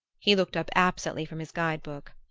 he looked up absently from his guide-book.